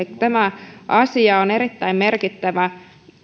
tämä asia on erittäin merkittävä